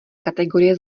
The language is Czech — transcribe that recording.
kategorie